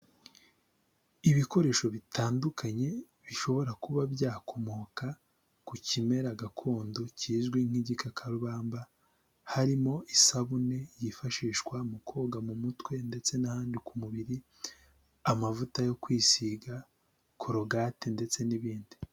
Ibikoresho bitandukanye, bishobora kuba byakomoka ku kimera gakondo kizwi nk'igikakarubamba, harimo isabune yifashishwa mu koga mu mutwe, ndetse n'ahandi ku mubiri, amavuta yo kwisiga, korogate ndetse n'ibindi.